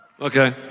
Okay